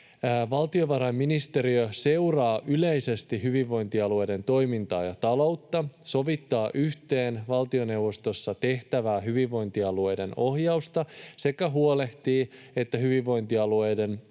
”Valtiovarainministeriö seuraa yleisesti hyvinvointialueiden toimintaa ja taloutta, sovittaa yhteen valtioneuvostossa tehtävää hyvinvointialueiden ohjausta sekä huolehtii, että hyvinvointialueiden